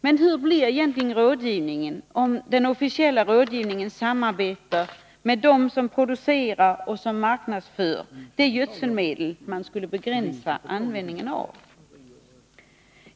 Men hur blir egentligen rådgivningen om den officiella rådgivaren samarbetar med dem som producerar och marknadsför de gödselmedel man skulle begränsa användningen av?